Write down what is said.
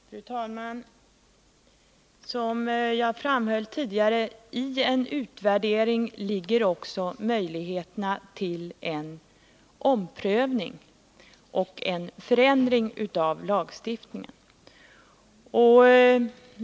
Fru talman! Som jag framhöll tidigare: I en utvärdering ligger också möjligheterna till en omprövning och en förändring av lagstiftningen.